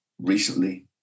recently